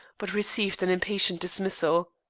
but received an impatient dismissal.